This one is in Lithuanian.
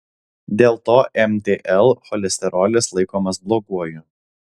dėl to mtl cholesterolis laikomas bloguoju